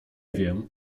wiem